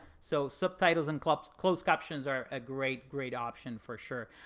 so subtitles and close close captions are a great, great option for sure.